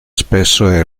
spesso